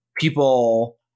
People